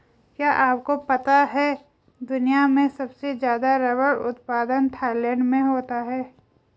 क्या आपको पता है दुनिया में सबसे ज़्यादा रबर उत्पादन थाईलैंड में होता है?